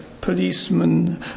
policemen